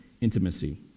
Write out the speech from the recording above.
intimacy